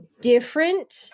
different